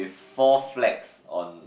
four flags on